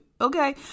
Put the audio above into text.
okay